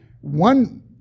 one